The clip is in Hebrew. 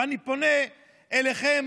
ואני פונה אליכם,